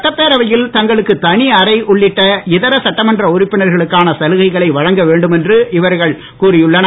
சட்டப்பேரவையில் தங்களுக்கு தனி அரை உள்ளிட்ட இதர சட்டமன்ற உறுப்பினர்களுக்கான சலுகைகளை வழங்க வேண்டும் என்று இவர்கள் கூறியுள்ளனர்